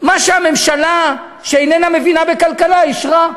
מה שהממשלה, שאיננה מבינה בכלכלה, אישרה.